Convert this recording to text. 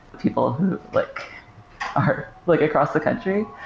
people who like are like across the country.